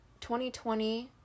2020